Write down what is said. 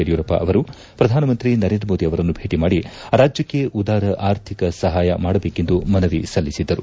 ಯಡಿಯೂರಪ್ಪ ಅವರು ಪ್ರಧಾನಮಂತ್ರಿ ನರೇಂದ್ರ ಮೋದಿ ಅವರನ್ನು ಭೇಟಿ ಮಾದಿ ರಾಜ್ಯಕ್ಕೆ ಉದಾರ ಆರ್ಥಿಕ ಸಹಾಯ ಮಾಡಬೇಕೆಂದು ಮನವಿ ಸಲ್ಲಿಸಿದ್ದರು